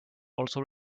also